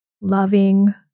loving